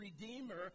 redeemer